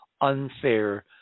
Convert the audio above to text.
unfair